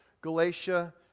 Galatia